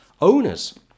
owners